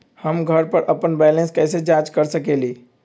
हम घर पर अपन बैलेंस कैसे जाँच कर सकेली?